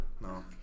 No